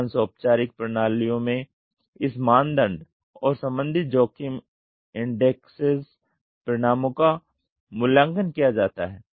अधिकांश औपचारिक प्रणालियों में इस मानदंड और संबंधित जोखिम इन्डेक्सेस परिणामों का मूल्यांकन किया जाता है